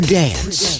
dance